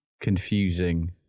confusing